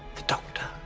the doctor.